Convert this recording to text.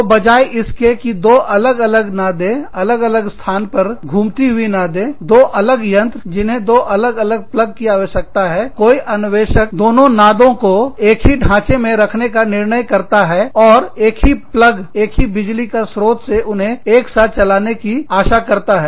तो बजाय इसके की दो अलग अलग नादेंअलग स्थानों पर घूमती हुई नादें दो अलग यंत्र जिन्हें दो अलग प्लग की आवश्यकता है कोई अन्वेषक दोनों हाथों को एक ही ढांचे में रखने का निर्णय करता है और एक ही प्लग एक बिजली का स्रोत से उन्हें एक साथ चलाने की आशा करता है